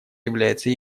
является